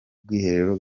ubwiherero